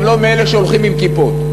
גם לא מאלה שהולכים עם כיפות.